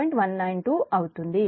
192 మరియు Ia0 j 6